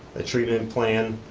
the treatment and plan.